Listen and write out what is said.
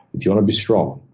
if you want to be strong,